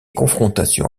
confrontations